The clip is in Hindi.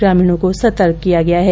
ग्रामीणों को सतर्क किया गया है